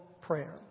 prayer